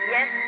Yes